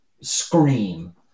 scream